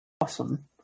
Awesome